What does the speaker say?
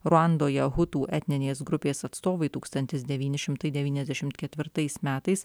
ruandoje hutų etninės grupės atstovai tūkstantis devyni šimtai devyniasdešimt ketvirtais metais